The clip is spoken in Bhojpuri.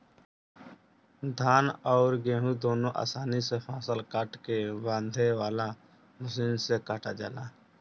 धान अउर गेंहू दुनों आसानी से फसल काट के बांधे वाला मशीन से कटा जाला